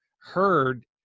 heard